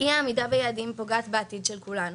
אי העמידה ביעדים פוגעת בעתיד של כולנו.